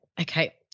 okay